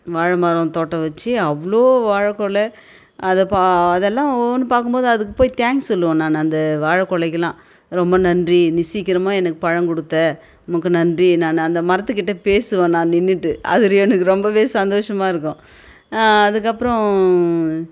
வாழைமரம் தோட்டம் வைச்சி அவ்வளோ வாழை கொலை அதை அதெல்லாம் ஒவ்வொன்றும் பார்க்கும்போது அதுக்கு போய் தேங்க்ஸ் சொல்வேன் நான் அந்த வாழை கொல்லைக்கெல்லாம் ரொம்ப நன்றி நீ சீக்கிரமாக எனக்கு பழம் கொடுத்த உனக்கு நன்றி நான் அந்த மரத்துக்கிட்டே பேசுவேன் நான் நின்னுட்டு அதில் எனக்கு ரொம்ப சந்தோஷமாக இருக்கும் அதுக்கப்பறம்